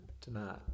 tonight